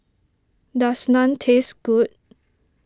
does Naan taste good